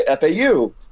FAU